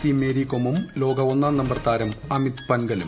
C മേരികോമും ലോക ഒന്നാം നമ്പർ താരം അമിത് പൻഗലും